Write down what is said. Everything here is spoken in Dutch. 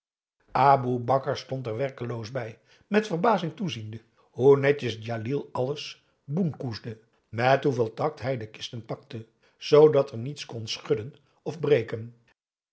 aboe bakar stond er werkeloos bij met verbazing toeziende hoe netjes djalil alles boenkoesde met hoeveel tact hij de kisten pakte zoodat er niets kon schudden of breken